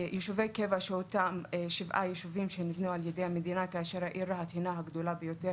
יישובי קבע שנבנו על ידי המדינה כאשר העיר הגדולה ביותר